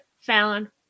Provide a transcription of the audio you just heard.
Fallon